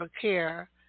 care